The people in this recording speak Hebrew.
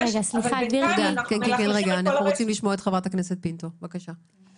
חברת הכנסת פינטו, בבקשה.